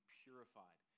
purified